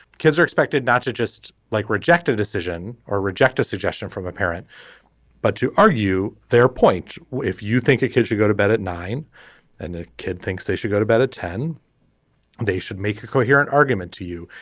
kids are expected not to just like reject a decision or reject a suggestion from a parent but to argue their point. if you think a kid should go to bed at nine and a kid thinks they should go to bed at ten they should make a coherent argument to you.